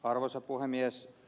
arvoisa puhemies